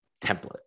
template